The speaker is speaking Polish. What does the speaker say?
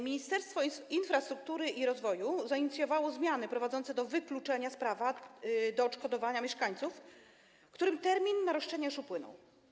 Ministerstwo Inwestycji i Rozwoju zainicjowało zmiany prowadzące do wykluczenia z prawa do odszkodowania mieszkańców, którym termin na roszczenie już upłynął.